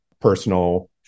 personal